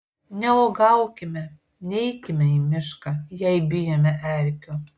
neuogaukime neikime į mišką jei bijome erkių